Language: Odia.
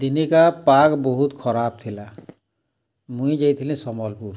ଦିନେ କା ପାଗ୍ ବହୁତ୍ ଖରାପ୍ ଥିଲା ମୁଇଁ ଯାଇଥିଲି ସମ୍ବଲପୁର୍